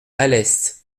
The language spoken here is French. alès